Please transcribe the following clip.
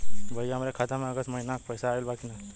भईया हमरे खाता में अगस्त महीना क पैसा आईल बा की ना?